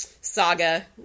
saga